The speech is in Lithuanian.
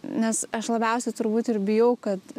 nes aš labiausiai turbūt ir bijau kad